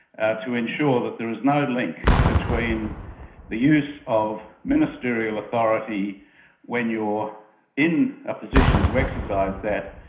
ah to ensure that there is no link between the use of ministerial authority when you're in a position to exercise that,